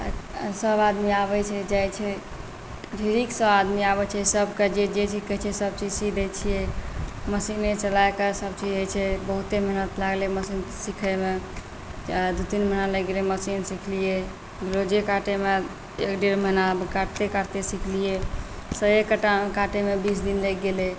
सब आदमी आबे छै जाइ छै ढेरिकसब आदमी आबै छै सबके जे जे चीज कहै छै सबके सबचीज सी दै छिए मशीने चलाकऽ सबचीज होइ छै बहुते मेहनति लागलै मशीन सिखैमे तऽ दू तीन महिना लागि गेलै मशीन सिखलिए ब्लाउजे काटैमे एक डेढ़ महिना काटिते काटिते सिखलिए साए काटैमे बीस दिन लागि गेलै